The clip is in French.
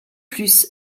plus